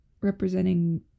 representing